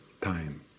time